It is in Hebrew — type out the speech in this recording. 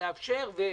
אל תברחו,